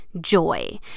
joy